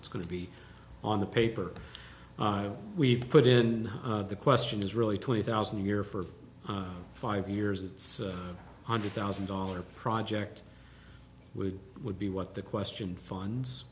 it's going to be on the paper we've put in the question is really twenty thousand a year for five years it's a hundred thousand dollar project which would be what the question funds